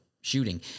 shooting